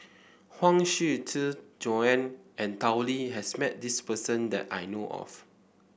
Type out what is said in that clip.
Huang Shiqi Joan and Tao Li has met this person that I know of